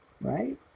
Right